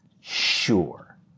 sure